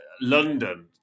London